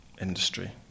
industry